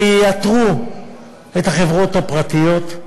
שייתרו את החברות הפרטיות,